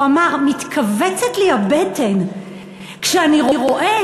הוא אמר: מתכווצת לי הבטן כשאני רואה